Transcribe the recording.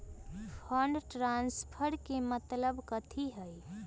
Fund transfer के मतलब कथी होई?